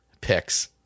picks